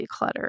declutter